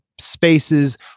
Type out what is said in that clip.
spaces